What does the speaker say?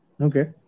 Okay